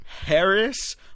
Harris